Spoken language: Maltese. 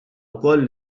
wkoll